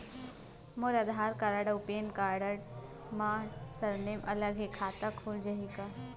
मोर आधार आऊ पैन मा सरनेम अलग हे खाता खुल जहीं?